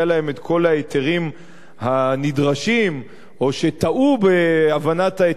את כל ההיתרים הנדרשים או שטעו בהבנת ההיתרים,